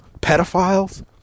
pedophiles